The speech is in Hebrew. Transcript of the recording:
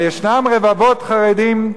אבל יש רבבות חרדים,